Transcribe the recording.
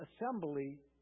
assembly